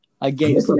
Again